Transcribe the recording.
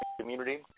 community